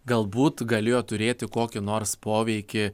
galbūt galėjo turėti kokį nors poveikį